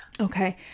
Okay